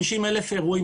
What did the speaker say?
אירועים.